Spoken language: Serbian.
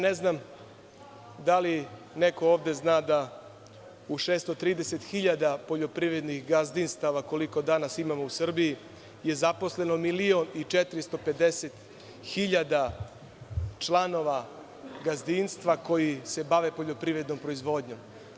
Ne znam da li neko ovde zna da je u 630.000 poljoprivrednih gazdinstava, koliko ih danas imamo u Srbiji, zaposleno 1.450.000 članova gazdinstava koji se bave poljoprivrednom proizvodnjom.